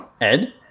Ed